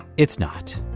it's not.